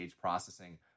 processing